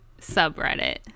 subreddit